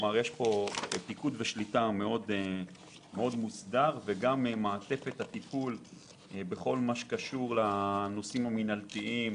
יש פו"ש מוסדר וגם מעטפת הטיפול בנושאי מינהלה,